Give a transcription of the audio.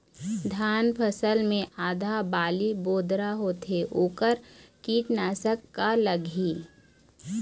धान फसल मे आधा बाली बोदरा होथे वोकर कीटनाशक का लागिही?